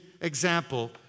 example